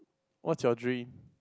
what's your dream